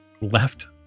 left